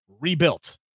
rebuilt